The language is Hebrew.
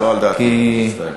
מצטער.